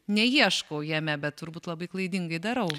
neieškau jame bet turbūt labai klaidingai darau